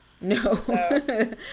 No